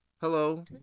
Hello